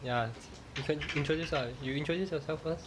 ya you can introduce ah you introduce yourself first